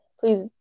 Please